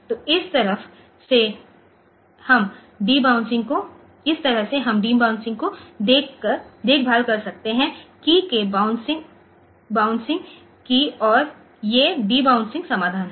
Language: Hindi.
तो इस तरह से हम डीबाउंसिंग की देखभाल कर सकते हैं कीय के बाउंसिंग और ये डीबाउंसिंग समाधान हैं